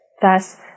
Thus